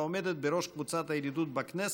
העומדת בראש קבוצת הידידות בכנסת,